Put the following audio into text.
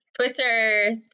Twitter